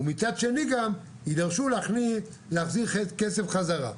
ומצד שני גם יידרשו להחזיר כסף חזרה.